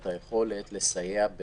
זה סתם שיימינג לחברה שלא תורם